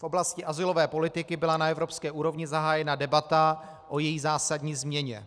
V oblasti azylové politiky byla na evropské úrovni zahájena debata o její zásadní změně.